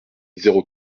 zéro